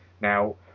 now